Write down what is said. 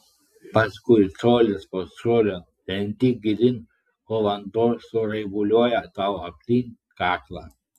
paskui colis po colio lendi gilyn kol vanduo suraibuliuoja tau aplink kaklą